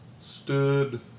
stood